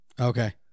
Okay